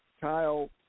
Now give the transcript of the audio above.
Kyle